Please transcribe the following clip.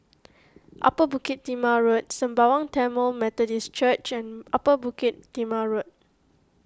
Upper Bukit Timah Road Sembawang Tamil Methodist Church and Upper Bukit Timah Road